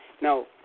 Now